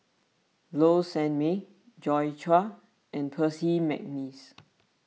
Low Sanmay Joi Chua and Percy McNeice